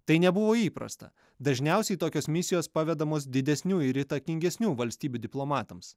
tai nebuvo įprasta dažniausiai tokios misijos pavedamos didesnių ir įtakingesnių valstybių diplomatams